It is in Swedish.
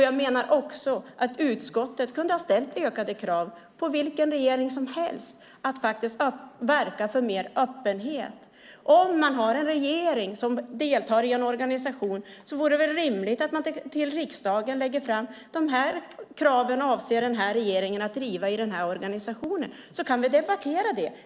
Jag menar också att utskottet kunde ha ställt ökade krav på vilken regering som helst att verka för mer öppenhet. Det vore väl rimligt att en regering som deltar i en organisation till riksdagen lägger fram vilka krav man avser att driva i organisationen, så att vi kan debattera det.